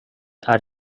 are